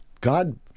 God